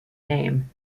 name